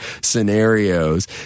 scenarios